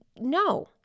no